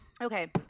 Okay